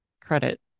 credit